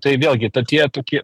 tai vėlgi ta tie tokie